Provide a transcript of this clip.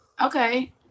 Okay